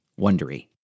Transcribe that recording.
wondery